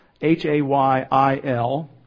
H-A-Y-I-L